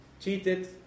cheated